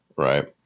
Right